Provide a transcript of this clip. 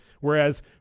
whereas